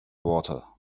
water